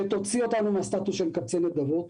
שתוציא אותנו מן הסטטוס של מקבצי נדבות.